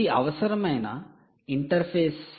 ఇది అవసరమైన ఇంటర్ఫేస్